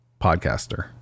podcaster